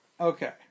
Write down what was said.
Okay